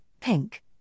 pink